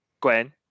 Gwen